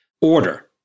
order